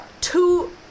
two